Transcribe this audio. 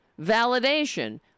validation